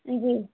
जी